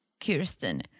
Kirsten